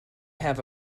have